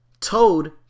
Toad